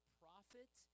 prophet